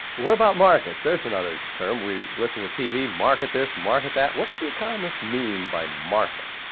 what about markets? there's another term. we've listened to tv, market this, market that. what's the economist mean by market?